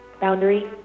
Boundary